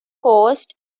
caused